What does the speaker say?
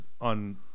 on